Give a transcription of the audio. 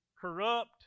corrupt